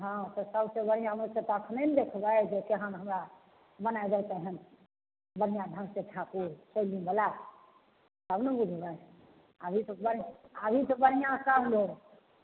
हँ तऽ सबसे बढ़िआँ अपने नहि ने देखबै जे केहन हमरा बनाय देलकनि हन बढ़िआँ ढङ्ग से ठाकुर सैलून बला तब ने बूझबै अभी तऽ अभी तऽ बढ़िआँ सब लोग